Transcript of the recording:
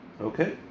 Okay